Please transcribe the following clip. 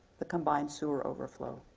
the combined sewer overflow.